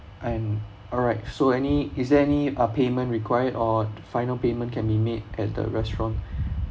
and alright so any is there any uh payment required or final payment can be made at the restaurant